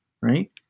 right